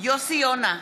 יוסי יונה,